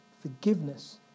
forgiveness